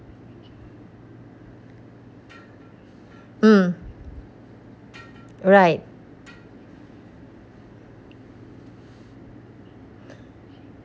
mm right